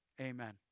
amen